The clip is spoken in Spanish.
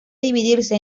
dividirse